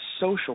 social